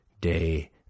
day